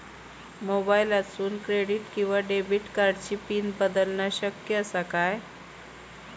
मोबाईलातसून क्रेडिट किवा डेबिट कार्डची पिन बदलना शक्य आसा काय?